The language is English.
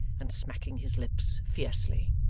and smacking his lips fiercely.